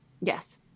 Yes